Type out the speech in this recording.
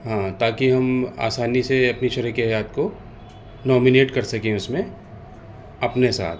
ہاں تاکہ ہم آسانی سے اپنی شریکِ حیات کو نامینیٹ کر سکیں اس میں اپنے ساتھ